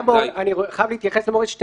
אני חייב להתייחס לדבריו של מוריס בשתי